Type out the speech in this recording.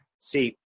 See